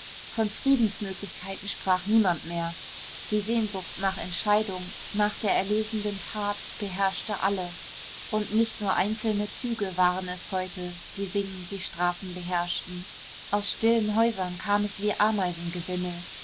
von friedensmöglichkeiten sprach niemand mehr die sehnsucht nach entscheidung nach der erlösenden tat beherrschte alle und nicht nur einzelne züge waren es heute die singend die straßen beherrschten aus stillen häusern kam es wie